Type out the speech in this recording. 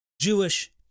Jewish